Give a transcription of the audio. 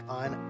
on